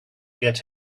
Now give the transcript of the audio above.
get